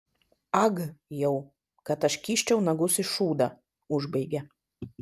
ag jau kad aš kiščiau nagus į šūdą užbaigė